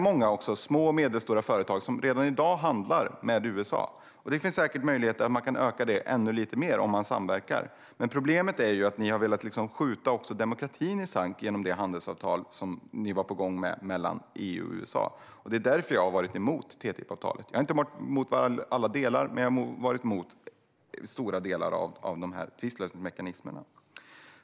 Många små och medelstora företag handlar redan i dag med USA, och det finns säkert möjlighet att öka den handeln ännu lite mer om man samverkar. Men problemet är att ni har velat skjuta demokratin i sank genom det handelsavtal mellan EU och USA som ni varit på gång med. Det är därför jag har varit emot TTIP-avtalet. Jag har inte varit emot alla delar men stora delar som gäller tvistlösningsmekanismerna.